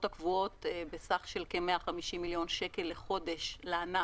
הקבועות בסך של כ-150 מיליון שקלים לענף